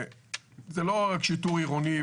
זה לא רק שיטור עירוני,